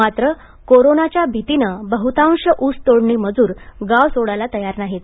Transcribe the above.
मात्र कोरोनाच्या भीतीने बहुतांश ऊसतोडणी मजूर गाव सोडायला तयार नाहीत